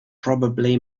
probably